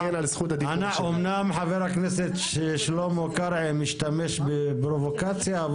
אמנם חבר הכנסת שלמה קרעי משתמש בפרובוקציה,